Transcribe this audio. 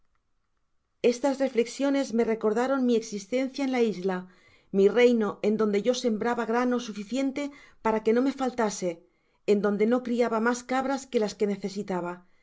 estas reflexiones me recordaron mi existencia en la isla mi reino en donde yo sembraba grano suficiente para que no me faltase en donde no criaba mas cabras que las que necesitaba